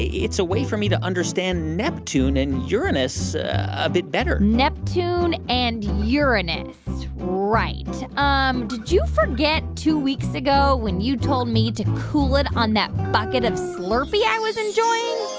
it's a way for me to understand neptune and uranus a bit better neptune and uranus, right. um did you forget two weeks ago when you told me to cool it on that bucket of slurpee i was enjoying?